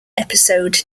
episode